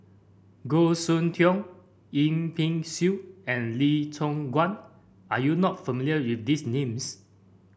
Goh Soon Tioe Yip Pin Xiu and Lee Choon Guan are you not familiar with these names